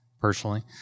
personally